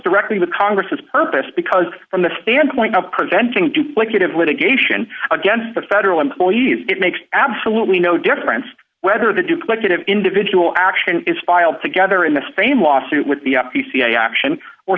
directly the congress has purpose because from the standpoint of preventing duplicative litigation against the federal employees it makes absolutely no difference whether the duplicative individual action is filed together in the same lawsuit with the p c a action or